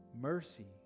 Mercy